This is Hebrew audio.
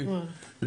ליאור